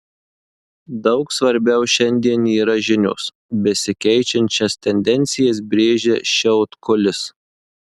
daug svarbiau šiandien yra žinios besikeičiančias tendencijas brėžia šiautkulis